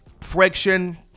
friction